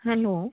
hello